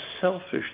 selfish